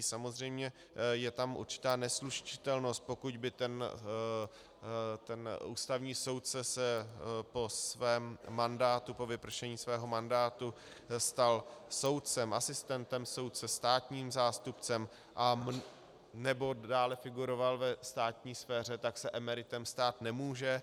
Samozřejmě je tam určitá neslučitelnost, pokud by se ústavní soudce po svém mandátu, po vypršení svého mandátu, stal soudcem, asistentem soudce, státním zástupcem anebo dále figuroval ve státní sféře, tak se emeritem stát nemůže.